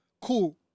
cool